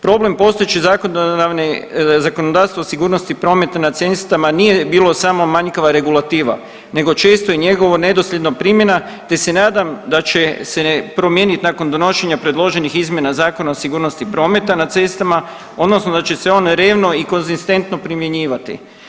Problem postojećeg zakonodavstvo o sigurnosti prometa na cestama nije bilo samo manjkava regulativa, nego često i njegovo nedosljedno primjena te se nadam da će se promijeniti nakon donošenja predloženih izmjena Zakona o sigurnosti prometa na cestama odnosno da će se on revno i konzistentno primjenjivati.